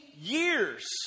years